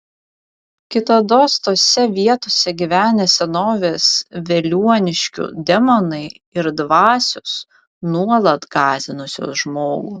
kitados tose vietose gyvenę senovės veliuoniškių demonai ir dvasios nuolat gąsdinusios žmogų